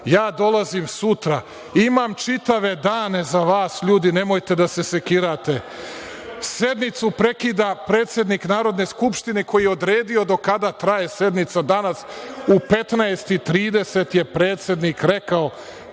Ja dolazim sutra. Imam čitave dane za vas, ljudi, nemojte da se sekirate. Sednicu prekida predsednik Narodne skupštine, koji je odredio do kada traje sednica. Danas u 15,30 časova je predsednik rekao